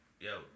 Yo